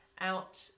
out